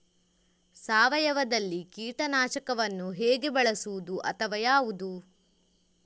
ಸಾವಯವದಲ್ಲಿ ಕೀಟನಾಶಕವನ್ನು ಹೇಗೆ ಬಳಸುವುದು ಅಥವಾ ಯಾವುದು?